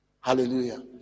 Hallelujah